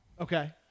okay